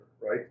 right